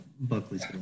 Buckley's